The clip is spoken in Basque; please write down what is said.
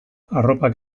arropak